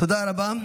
תודה רבה.